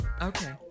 Okay